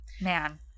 man